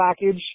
package